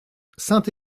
saint